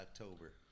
October